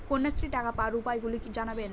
কন্যাশ্রীর টাকা পাওয়ার উপায়গুলি জানাবেন?